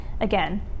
again